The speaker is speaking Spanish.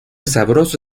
sabroso